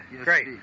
Great